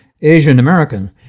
Asian-American